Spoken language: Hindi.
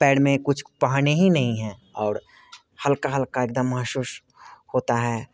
पैर में कुछ पहने ही नहीं है और हल्का हल्का दम महसूस होता है